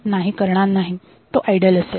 तो आयडल असेल